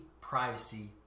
privacy